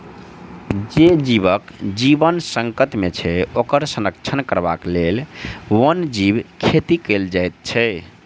जे जीवक जीवन संकट मे छै, ओकर संरक्षण करबाक लेल वन्य जीव खेती कयल जाइत छै